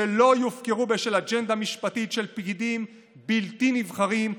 שלא יופקרו בשל אג'נדה משפטית של פקידים בלתי נבחרים,